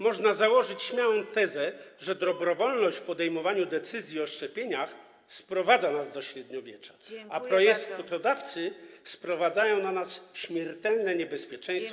Można założyć śmiałą tezę, że dobrowolność w podejmowaniu decyzji o szczepieniach sprowadza nas do średniowiecza, a projektodawcy sprowadzają na nas śmiertelne niebezpieczeństwo.